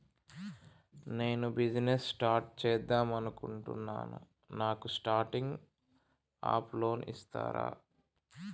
నేను business start చేద్దామనుకుంటున్నాను నాకు స్టార్టింగ్ అప్ లోన్ ఇస్తారా?